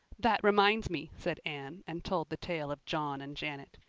that reminds me, said anne, and told the tale of john and janet.